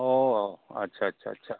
অঁ আচ্ছা আচ্ছা আচ্ছা